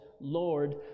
Lord